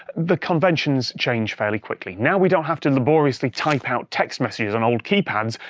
the conventions change fairly quickly now we don't have to laboriously type out text messages on old keypads,